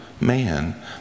man